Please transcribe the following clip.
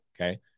Okay